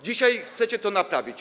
Dzisiaj chcecie to naprawić.